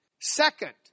Second